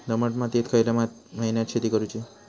दमट मातयेत खयल्या महिन्यात शेती करुची?